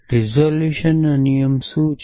તે રીઝોલ્યુશન નિયમ શું છે